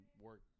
work